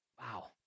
Wow